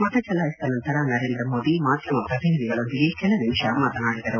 ಮತಚಲಾಯಿಸಿದ ನಂತರ ನರೇಂದ್ರ ಮೋದಿ ಮಾಧ್ಯಮ ಪ್ರತಿನಿಧಿಗಳೊಂದಿಗೆ ಕೆಲ ನಿಮಿಷ ಮಾತನಾದಿದರು